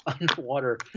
underwater